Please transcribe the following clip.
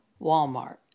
Walmart